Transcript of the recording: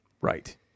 Right